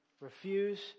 refuse